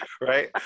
Right